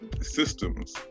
systems